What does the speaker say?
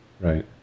Right